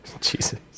Jesus